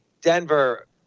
Denver